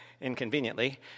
inconveniently